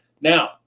Now